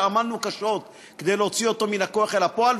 שעמלנו קשות כדי להוציא אותו מן הכוח אל הפועל,